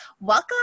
Welcome